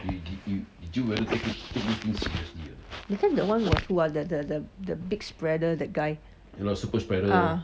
that time that one was who ah that that big spreader that guy ah